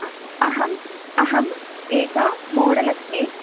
हा अहम् अहम् एका मोडेल् अस्मि